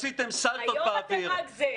היום זה רק זה.